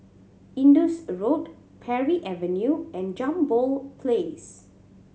Indus Road Parry Avenue and Jambol Place